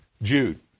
Jude